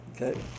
Okay